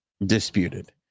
Disputed